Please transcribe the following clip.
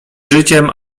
życiem